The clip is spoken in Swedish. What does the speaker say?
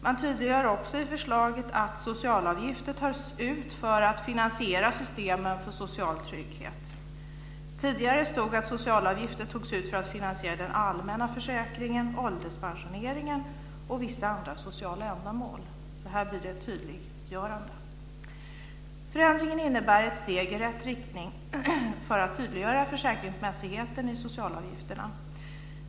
Man tydliggör också i förslaget att socialavgifter tas ut för att finansiera systemen för social trygghet. Tidigare stod det att socialavgifter togs ut för att finansiera den allmänna försäkringen, ålderspensioneringen och vissa andra sociala ändamål. Det blir alltså ett tydliggörande i det här avseendet. Förändringen innebär ett steg i rätt riktning när det gäller att tydliggöra försäkringsmässigheten i socialavgifterna.